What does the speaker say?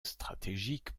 stratégique